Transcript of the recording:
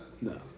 No